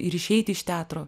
ir išeiti iš teatro